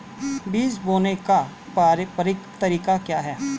बीज बोने का पारंपरिक तरीका क्या है?